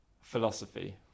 philosophy